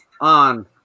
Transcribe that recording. on